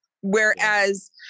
whereas